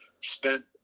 spent